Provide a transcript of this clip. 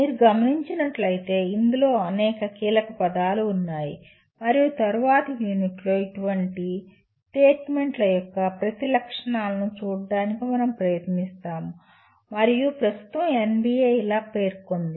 మీరు గమనించినట్లయితే ఇందులో అనేక కీలకపదాలు ఉన్నాయి మరియు తరువాతి యూనిట్లలో ఇటువంటి స్టేట్మెంట్ల యొక్క ప్రతి లక్షణాలను చూడటానికి మనం ప్రయత్నిస్తాము మరియు ప్రస్తుతం NBA ఇలా పేర్కొంది